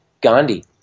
Gandhi